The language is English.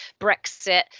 Brexit